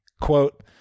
Quote